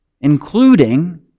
including